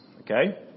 Okay